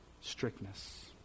strictness